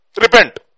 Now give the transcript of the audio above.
Repent